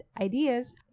ideas